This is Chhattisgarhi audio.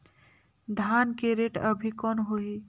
धान के रेट अभी कौन होही?